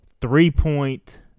three-point